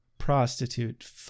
prostitute